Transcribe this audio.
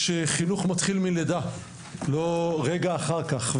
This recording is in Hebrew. שחינוך מתחיל מלידה ולא רגע אחר כך.